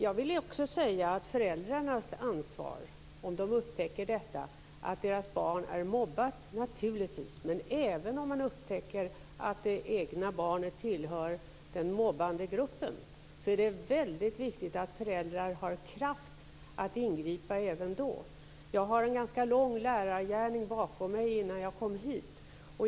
Jag vill också säga att föräldrarna naturligtvis har ett ansvar om de upptäcker att deras barn är mobbat, men även om man upptäcker att det egna barnet tillhör den mobbande gruppen. Det är väldigt viktigt att föräldrar har kraft att ingripa även då. Jag har en ganska lång lärargärning bakom mig innan jag kom hit.